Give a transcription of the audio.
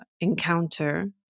encounter